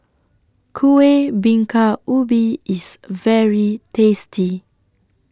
Kueh Bingka Ubi IS very tasty